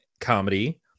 comedy